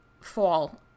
fall